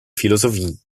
philosophie